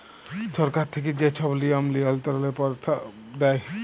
সরকার থ্যাইকে যে ছব লিয়ম লিয়ল্ত্রলের পরস্তাব দেয়